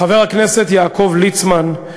חבר הכנסת יעקב ליצמן,